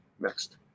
next